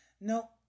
no